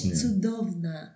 cudowna